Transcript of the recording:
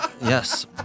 Yes